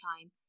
time